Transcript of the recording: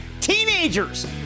Teenagers